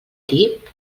tip